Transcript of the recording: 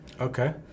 Okay